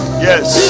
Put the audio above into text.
yes